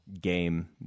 game